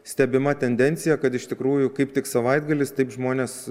stebima tendencija kad iš tikrųjų kaip tik savaitgalis taip žmonės